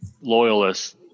loyalists